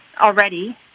already